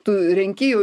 tu renki jau